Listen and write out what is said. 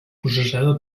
processada